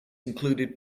included